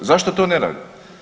Zašto to ne rade?